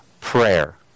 Prayer